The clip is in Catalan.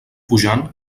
pujant